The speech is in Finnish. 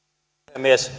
puhemies